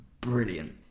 brilliant